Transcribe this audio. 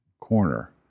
Corner